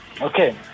Okay